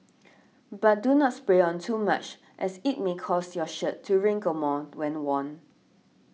but do not spray on too much as it may cause your shirt to wrinkle more when worn